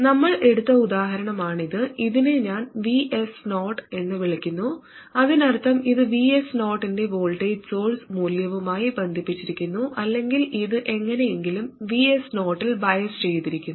നമ്മൾ എടുത്ത ഉദാഹരണമാണിത് ഇതിനെ ഞാൻ VS0 എന്ന് വിളിക്കുന്നു അതിനർത്ഥം ഇത് VS0 ന്റെ വോൾട്ടേജ് സോഴ്സ് മൂല്യവുമായി ബന്ധിപ്പിച്ചിരിക്കുന്നു അല്ലെങ്കിൽ ഇത് എങ്ങനെയെങ്കിലും VS0 ൽ ബയസ് ചെയ്തിരിക്കുന്നു